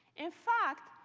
in fact,